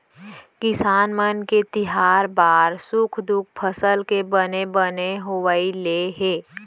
किसान मन के तिहार बार सुख दुख फसल के बने बने होवई ले हे